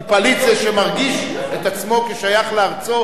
כי פליט זה מי שמרגיש את עצמו כשייך לארצו,